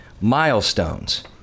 milestones